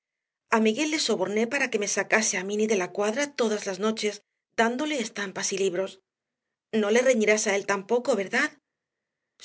cuarto a miguel le soborné para que me sacase a m innyde la cuadra todas las noches dándole estampas y libros no le reñirás a él tampoco verdad